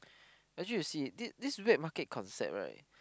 actually you see this this wet market concept right